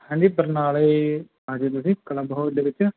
ਹਾਂਜੀ ਬਰਨਾਲੇ ਆ ਜਾਇਓ ਤੁਸੀਂ ਕਲੱਬ ਹਾਲ ਦੇ ਵਿੱਚ